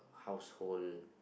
household